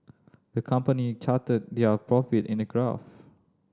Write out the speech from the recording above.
the company charted their profit in a graph